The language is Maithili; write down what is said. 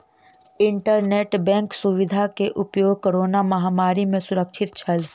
इंटरनेट बैंक सुविधा के उपयोग कोरोना महामारी में सुरक्षित छल